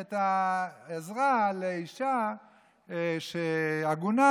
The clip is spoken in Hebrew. את העזרה לאישה עגונה,